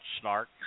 snark